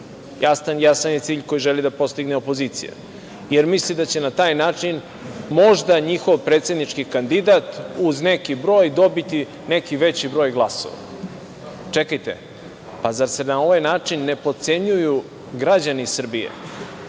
Jasan je cilj koji želi da postigne opozicija, jer misli da će na taj način možda njihov predsednički kandidat uz neki broj dobiti neki veći broj glasova. Čekajte, zar se na ovaj način ne potcenjuju građani Srbije?